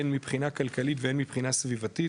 הן מבחינה כלכלית והן מבחינה סביבתית,